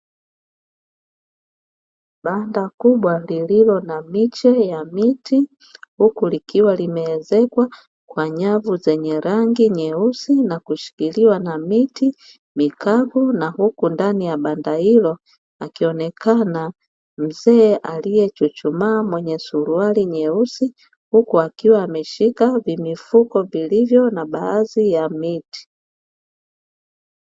Banda kubwa lililo na miche ya miti, huku likiwa limeezekwa kwa nyavu zenye rangi nyeusi na kushikiliwa na miti mikavu. Na huku ndani ya banda hilo akionekana mzee aliyechuchumaa mwenye suruali nyeusi, huku akiwa ameshika vimifuko vilivyo na baadhi ya miti.